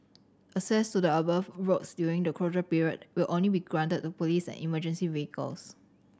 access to the above roads during the closure period will only be granted to police and emergency vehicles